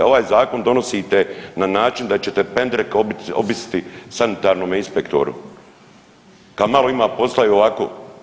Ovaj zakon donosite na način da ćete pendrek obiti, obisiti sanitarnome inspektoru, ka malo ima posla i ovako.